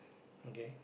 okay